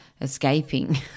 escaping